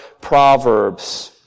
Proverbs